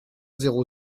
zéro